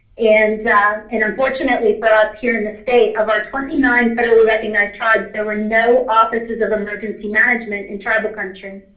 and and unfortunately for us, here in the state, of our twenty nine federally recognized tribes, there were no offices of emergency management in tribal country.